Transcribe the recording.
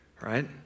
right